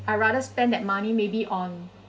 I rather spend that money maybe on